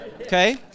Okay